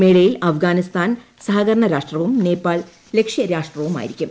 മേളയിൽ അഫ്ഗാനിസ്ഥാൻ രാഷ്ട്രവും നേപ്പാൾ ലക്ഷ്യരാഷ്ട്രവുമായിരിക്കും